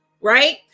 right